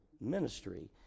ministry